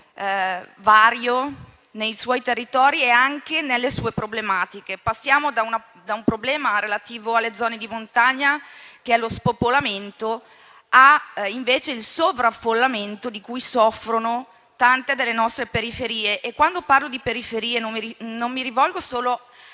veramente molto vario anche nelle sue problematiche. Passiamo da un problema relativo alle zone di montagna, ossia lo spopolamento, al sovraffollamento di cui soffrono tante nostre periferie. E quando parlo di periferie, non mi riferisco